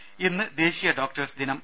രുര ഇന്ന് ദേശീയ ഡോക്ടേഴ്സ് ദിനം